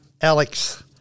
Alex